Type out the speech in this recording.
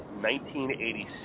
1986